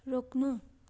रोक्नु